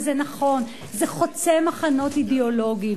וזה נכון: זה חוצה מחנות אידיאולוגיים,